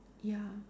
ya